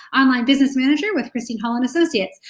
online business manager with christine hull and associates.